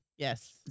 Yes